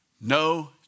No